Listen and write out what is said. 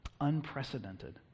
unprecedented